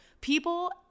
people